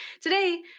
today